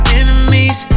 enemies